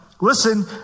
listen